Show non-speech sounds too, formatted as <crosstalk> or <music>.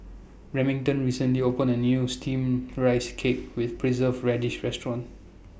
Remington recently opened A New Steamed Rice Cake <noise> with Preserved Radish Restaurant